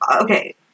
Okay